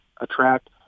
attract